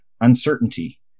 uncertainty